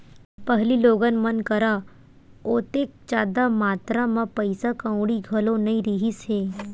पहिली लोगन मन करा ओतेक जादा मातरा म पइसा कउड़ी घलो नइ रिहिस हे